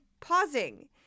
pausing